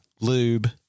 lube